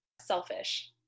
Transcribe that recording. selfish